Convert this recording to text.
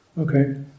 Okay